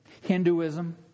Hinduism